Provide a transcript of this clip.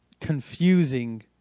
confusing